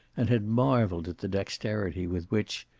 and had marveled at the dexterity with which,